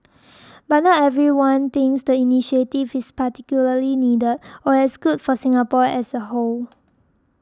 but not everyone thinks the initiative is particularly needed or as good for Singapore as a whole